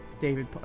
david